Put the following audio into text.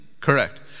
correct